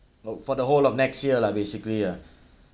oh for the whole of next year lah basically ya